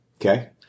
Okay